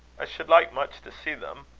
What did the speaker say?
i should like much to see them.